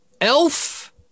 elf